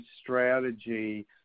strategy